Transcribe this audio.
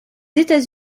états